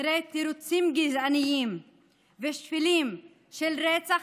מאחורי תירוצים גזעניים ושפלים של רצח